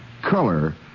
color